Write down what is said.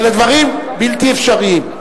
אלה דברים בלתי אפשריים.